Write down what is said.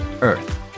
earth